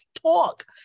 talk